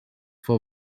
for